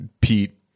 Pete